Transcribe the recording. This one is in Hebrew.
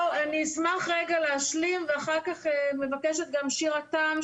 אני אשמח רגע להשלים ואחר כך מבקשת גם שירה תם,